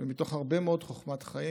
ומתוך הרבה מאוד חוכמת חיים